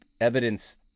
evidence